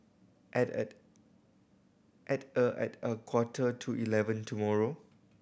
at a at a at a quarter to eleven tomorrow